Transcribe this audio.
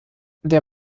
der